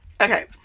okay